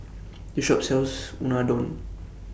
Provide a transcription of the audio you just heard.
This Shop sells Unadon